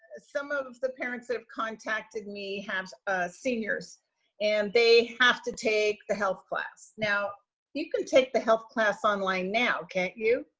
some of the parents that have contacted me have ah seniors and they have to take the health class. now you can take the health class online now, can't you?